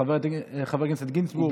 חבר הכנסת גינזבורג.